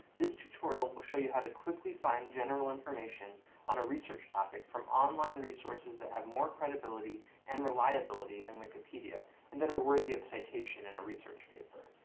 this tutorial will show you how to quickly find general information on a research topic from online resources that have more credibility and reliability than wikipedia and that are worthy of citation in a research paper.